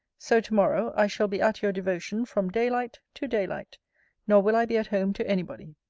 so, to-morrow i shall be at your devotion from day-light to day-light nor will i be at home to any body.